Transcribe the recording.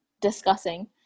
discussing